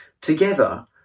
together